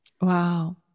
Wow